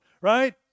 right